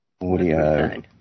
Audio